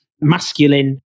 masculine